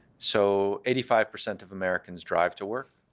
so eighty five percent of americans drive to work.